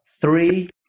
three